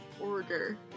order